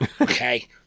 Okay